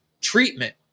treatment